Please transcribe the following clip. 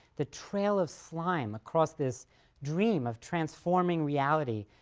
the trail of slime across this dream of transforming reality,